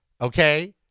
Okay